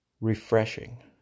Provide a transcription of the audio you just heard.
refreshing